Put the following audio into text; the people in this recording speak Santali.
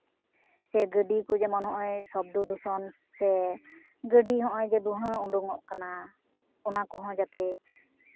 ᱥᱮ ᱜᱟᱹᱰᱤ ᱠᱚ ᱡᱮᱢᱚᱱ ᱱᱚᱜᱼᱚᱭ ᱥᱚᱵᱫᱚ ᱫᱷᱩᱥᱚᱱ ᱥᱮ ᱜᱟᱹᱰᱤ ᱱᱚᱜᱼᱚᱭ ᱡᱮ ᱫᱷᱩᱦᱟᱹ ᱩᱰᱩᱠᱚᱜ ᱠᱟᱱᱟ ᱚᱱᱟ ᱠᱚᱦᱚᱸ ᱡᱟᱛᱮ